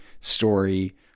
story